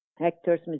actors